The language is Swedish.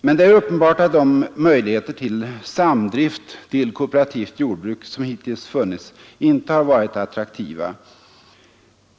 Men det är uppenbart att de möjligheter till samdrift, till kooperativt jordbruk, som hittills funnits inte har varit attraktiva.